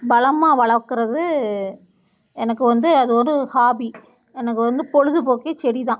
பலமா வளர்க்கறது எனக்கு வந்து அது ஒரு ஹாபி எனக்கு வந்து பொழுதுபோக்கே செடி தான்